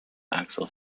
axel